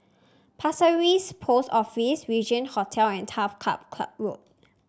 Pasir Ris Post Office Regin Hotel and Turf Club Club Road